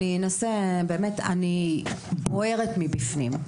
אני אנסה באמת, אני בוערת מבפנים.